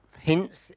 hints